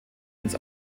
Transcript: ins